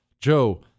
Joe